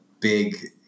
big